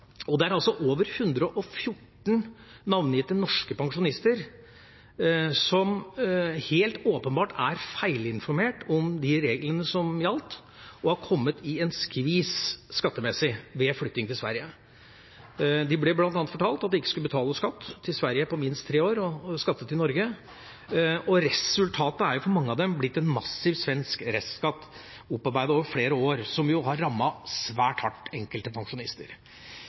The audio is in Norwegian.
Det er over 114 navngitte norske pensjonister som helt åpenbart er feilinformert om de reglene som gjaldt, og har kommet i en skvis skattemessig ved flytting til Sverige. De ble bl.a. fortalt at de ikke skulle betale skatt til Sverige på minst tre år, men skatte til Norge. Resultatet for mange av dem har blitt en massiv svensk restskatt, opparbeidet over flere år, som har rammet enkelte pensjonister svært hardt.